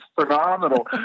phenomenal